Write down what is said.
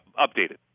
updated